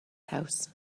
house